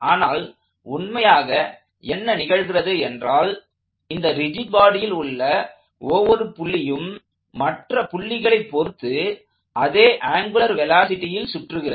ஆனால் உண்மையாக என்ன நிகழ்கிறது என்றால் இந்த ரிஜிட் பாடியில் உள்ள ஒவ்வொரு புள்ளியும் மற்ற புள்ளிகளை பொருத்து அதே ஆங்குலார் வெலாசிட்டியில் சுற்றுகிறது